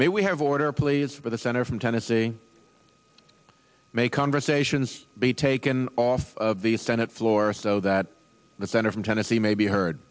may we have order please for the senator from tennessee may conversations be taken off the senate floor so that the center from tennessee may be heard